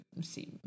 see